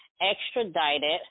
extradited